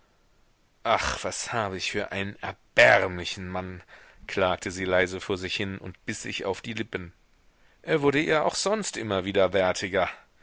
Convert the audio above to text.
ach was habe ich für einen erbärmlichen mann klagte sie leise vor sich hin und biß sich auf die lippen er wurde ihr auch sonst immer